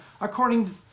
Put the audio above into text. according